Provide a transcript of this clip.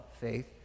faith